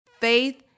faith